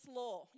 law